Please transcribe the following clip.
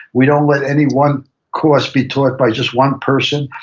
we don't let any one course be taught by just one person.